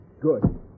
Good